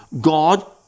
God